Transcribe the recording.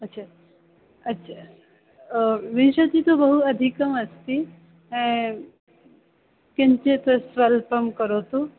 अच्छा अच्छा विंशतिः तु बहु अधिकमस्ति किञ्चित् स्वल्पं करोतु